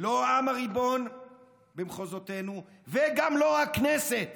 לא העם הריבון במחוזותינו, וגם לא הכנסת.